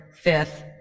fifth